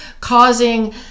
causing